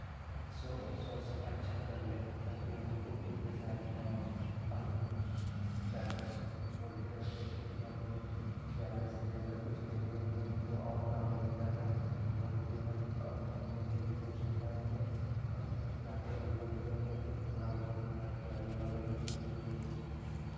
स्वस्थ अच्छा कर लें ताकि हम लोग को कोई परेशानी ना हो और डाक्टर स बोलते रहते थे कि आपलोग ज़्यादा से ज़्यादा कुछ करिए मत नहीं तो और प्रॉब्लेम हो जाएगा घूमिए फिरिये मत और घूमने से भी कुछ होता रहिए और बस डाक्टर बोलते रहते थे कि थोड़ा बहुत घर के अगल बगल में ही घूम लिया कीजिए